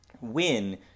win